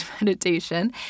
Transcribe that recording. meditation